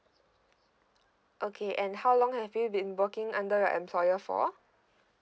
okay and how long have you been working under your employer for